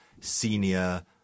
senior